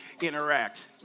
interact